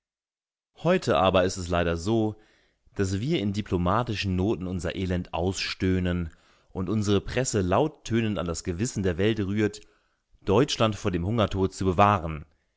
heute aber ist es leider so daß wir in diplomatischen noten unser elend ausstöhnen und unsere presse lauttönend an das gewissen der welt rührt deutschland vor dem hungertod zu bewahren